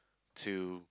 to